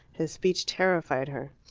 his speech terrified her.